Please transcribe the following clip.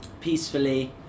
peacefully